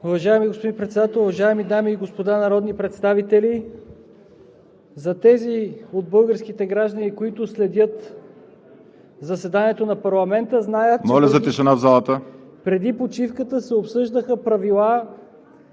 Уважаеми господин Председател, уважаеми дами и господа народни представители! Тези български граждани, които следят заседанието на парламента, знаят, че преди почивката се обсъждаха правила,